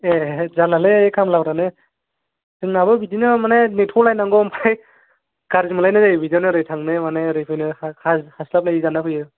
ए जालालै खामलाफ्रानो जोंनाबो बिदिनो माने नेथलायनांगौ ओमफ्राय गाज्रि मोनलायलायो बेजोंनो ओरै थांनो माने होनो हास्लाबलायि जानानै फैयो